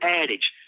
adage